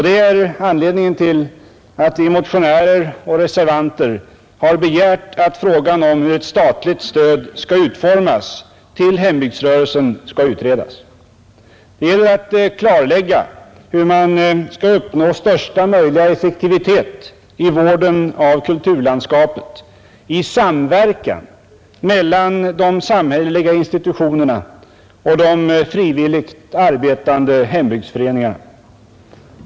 Det är anledningen till att vi motionärer och reservanter har begärt att frågan om utformningen av ett statligt stöd till hembygdsrörelsen skall utredas. Det gäller att klarlägga hur man skall uppnå största möjliga effektivitet i vården av kulturlandskapet i samverkan mellan de samhälleliga institutionerna och de frivilligt arbetande hembygdsföreningarna.